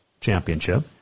Championship